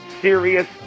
serious